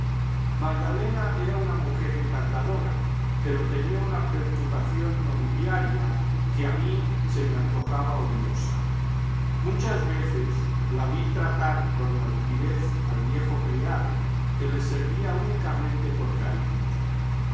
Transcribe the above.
magdalena era una mujer encantadora pero tenía una preocupación nobiliaria que a mí se me antojaba odiosa muchas veces la vi tratar con altivez al viejo criado que les servía únicamente por cariño